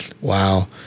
Wow